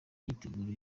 myiteguro